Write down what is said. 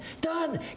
Done